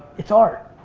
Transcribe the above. it's art.